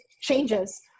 changes